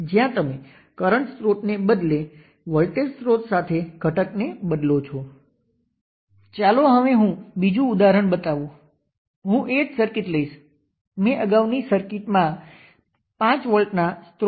તેથી total current I test જે રીતે વહે છે તે આ અને તે એકનો સરવાળો છે જે 1 કિલો Ω માઇનસ 0